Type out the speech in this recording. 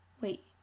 Wait